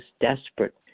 desperate